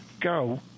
Go